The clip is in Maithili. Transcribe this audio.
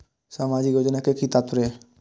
सामाजिक योजना के कि तात्पर्य?